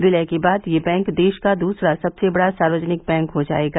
विलय के बाद यह बैंक देश का दूसरा सबसे बड़ा सार्वजनिक बैंक हो जायेगा